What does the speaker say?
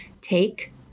take